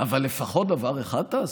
אבל לפחות דבר אחד תעשו: